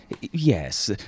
Yes